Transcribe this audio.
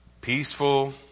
peaceful